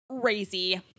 crazy